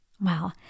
Wow